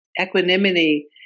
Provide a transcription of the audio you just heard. Equanimity